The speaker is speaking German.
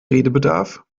redebedarf